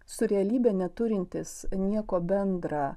su realybe neturintys nieko bendra